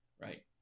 right